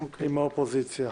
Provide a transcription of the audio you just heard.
עם האופוזיציה.